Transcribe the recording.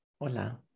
Hola